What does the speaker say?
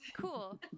Cool